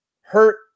hurt